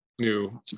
new